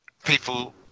People